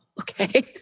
okay